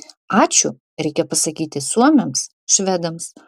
ačiū reikia pasakyti suomiams švedams